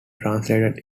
translated